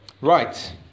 Right